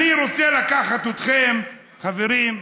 אני רוצה לקחת אתכם, חברים,